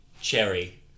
Cherry